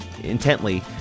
intently